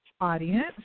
audience